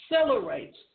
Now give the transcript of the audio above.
accelerates